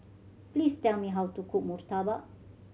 please tell me how to cook murtabak